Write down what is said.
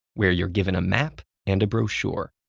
where you're given a map and a brochure.